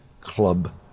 club